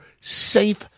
safe